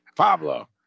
Pablo